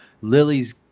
Lily's